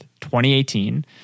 2018